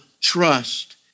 trust